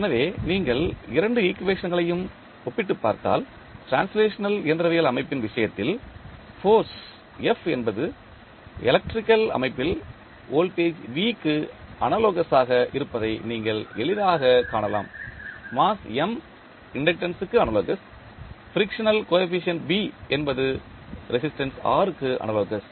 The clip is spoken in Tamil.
எனவே நீங்கள் இரண்டு ஈக்குவேஷன்களையும் ஒப்பிட்டுப் பார்த்தால் டிரான்ஸ்லேஷனல் இயந்திரவியல் அமைப்பின் விஷயத்தில் ஃபோர்ஸ் F என்பது எலக்ட்ரிக்கல் அமைப்பில் வோல்டேஜ் V க்கு அனாலோகஸ் ஆக இருப்பதை நீங்கள் எளிதாகக் காணலாம் மாஸ் M இண்டக்டன்ஸ் க்கு அனாலோகஸ் ஃபிரிக்சனல் கோஎபிசியன்ட் B என்பது ரெசிஸ்டன்ஸ் R க்கு அனாலோகஸ்